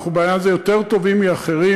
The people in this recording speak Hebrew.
בעניין הזה אנחנו יותר טובים מאחרים,